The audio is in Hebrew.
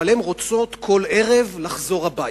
אבל הן רוצות כל ערב לחזור הביתה.